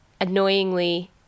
annoyingly